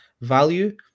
value